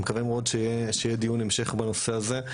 אני מקווה מאוד שיהיה דיון המשך בנושא הזה.